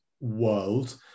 world